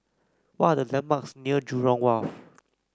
what are the landmarks near Jurong Wharf